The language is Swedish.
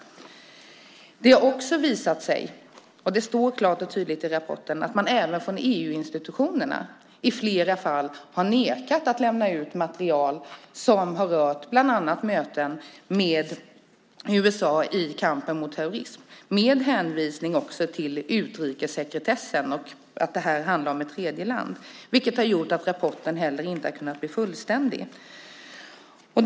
Det har också visat sig - det står klart och tydligt i rapporten - att man även från EU-institutionerna i flera fall har nekat att lämna ut material som har rört bland annat möten med USA i kampen mot terrorism, med hänvisning till utrikessekretessen och att det här handlar om ett tredjeland, vilket har gjort att rapporten inte heller har kunnat bli fullständig.